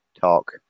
talk